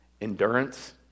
Endurance